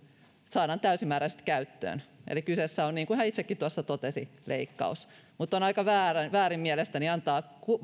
saadaan täysimääräisesti käyttöön eli kyseessä on niin kuin hän itsekin tuossa totesi leikkaus mutta on aika väärin väärin mielestäni